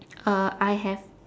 uh I have